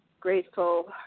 grateful